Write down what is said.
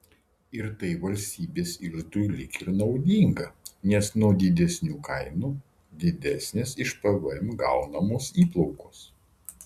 ir tai valstybės iždui lyg ir naudinga nes nuo didesnių kainų didesnės iš pvm gaunamos įplaukos